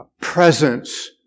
presence